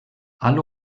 alle